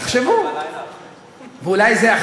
ואולי יכול להיווצר מצב שכזה,